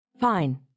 Fine